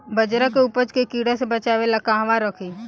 बाजरा के उपज के कीड़ा से बचाव ला कहवा रखीं?